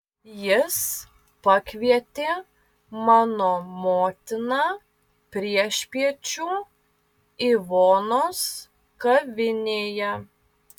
jis pakvietė mano motiną priešpiečių ivonos kavinėje